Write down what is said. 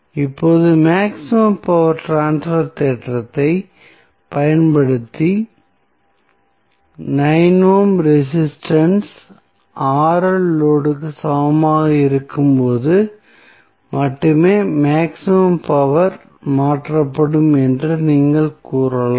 இப்போது maximum power transfer தேற்றத்தைப் பயன்படுத்தி 9 ஓம் ரெசிஸ்டன்ஸ் லோடு க்கு சமமாக இருக்கும்போது மட்டுமே மேக்ஸிமம் பவர் மாற்றப்படும் என்று நீங்கள் கூறலாம்